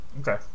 Okay